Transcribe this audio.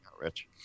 rich